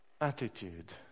attitude